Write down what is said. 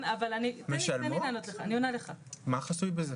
מה חסוי בזה?